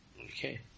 Okay